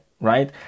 right